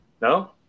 No